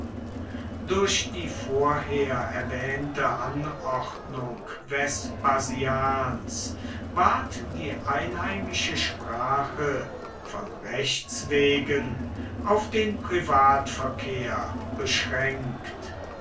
durch die vorher erwähnte anordnung vespasians ward die einheimische sprache von rechts wegen auf den privatverkehr beschränkt